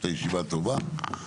הייתה ישיבה טובה,